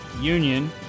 Union